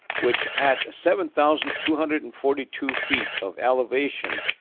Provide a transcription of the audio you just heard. which at seven thousand two hundred and forty two feet of elevation,